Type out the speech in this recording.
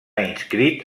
inscrit